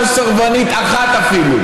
אתה רוצה לבטל את התורה?